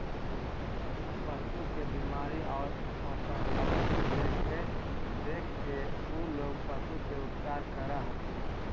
पशु के बीमारी आउ ओकर लक्षण देखके उ लोग पशु के उपचार करऽ हथिन